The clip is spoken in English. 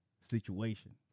situation